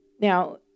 Now